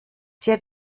sehr